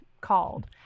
called